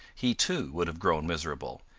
he too would have grown miserable,